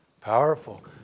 Powerful